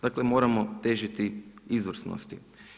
Dakle moramo težiti izvrsnosti.